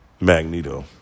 Magneto